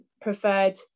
preferred